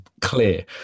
clear